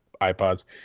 ipods